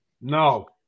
No